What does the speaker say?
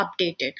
updated